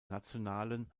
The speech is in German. nationalen